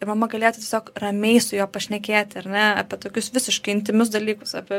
ir mama galėtų tiesiog ramiai su juo pašnekėti ar ne apie tokius visiškai intymius dalykus apie